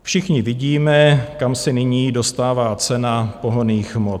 Všichni vidíme, kam se nyní dostává cena pohonných hmot.